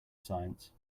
science